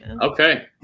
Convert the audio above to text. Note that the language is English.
Okay